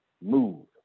move